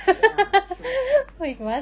ya true true